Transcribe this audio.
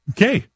Okay